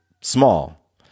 small